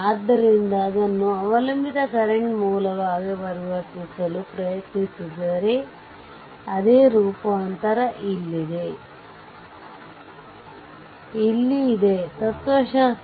ಆದ್ದರಿಂದ ಅದನ್ನು ಅವಲಂಬಿತ ಕರೆಂಟ್ ಮೂಲವಾಗಿ ಪರಿವರ್ತಿಸಲು ಪ್ರಯತ್ನಿಸಿದರೆ ಅದೇ ರೂಪಾಂತರ ಇಲ್ಲಿ ಅದೇ ತತ್ವಶಾಸ್ತ್ರ